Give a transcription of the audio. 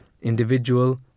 individual